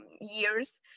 years